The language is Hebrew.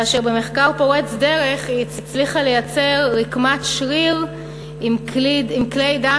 ובמחקר פורץ דרך היא הצליחה לייצר רקמת שריר עם כלי דם